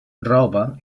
roba